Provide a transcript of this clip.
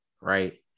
Right